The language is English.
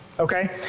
Okay